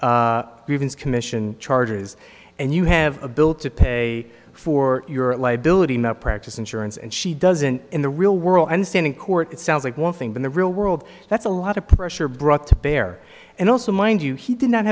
grievance commission charges and you have a bill to pay for your liability malpractise insurance and she doesn't in the real world and stand in court it sounds like one thing but the real world that's a lot of pressure brought to bear and also mind you he did not